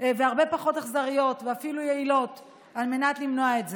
והרבה פחות אכזריות ואפילו יעילות על מנת למנוע את זה.